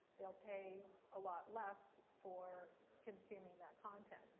they'll pay a lot less for consuming that content,